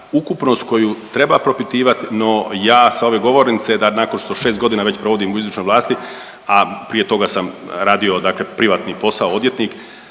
ukupnost koju treba propitivat, no ja s ove govornice da nakon što šest godina provodim u izvršnoj vlasti, a prije toga sam radio privatni posao odvjetnik